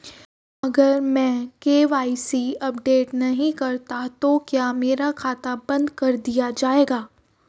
अगर मैं KYC update नहीं करता तो क्या मेरा खाता बंद कर दिया जाएगा?